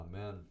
Amen